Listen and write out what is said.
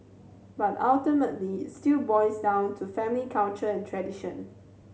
but ultimately it still boils down to family culture and tradition